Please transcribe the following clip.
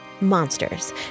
monsters